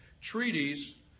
Treaties